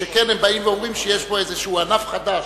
שכן הם באים ואומרים שיש פה איזה ענף חדש.